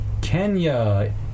Kenya